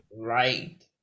Right